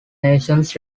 nations